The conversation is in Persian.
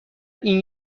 این